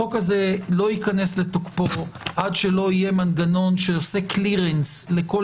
החוק הזה לא ייכנס לתוקפו עד שלא יהיה מנגנון שיעשה קלירנס לכל